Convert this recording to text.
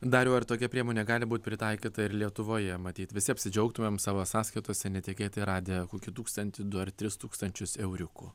dariau ar tokia priemonė gali būt pritaikyta ir lietuvoje matyt visi apsidžiaugtumėm savo sąskaitose netikėtai radę kokį tūkstantį du ar tris tūkstančius euriukų